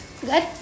Good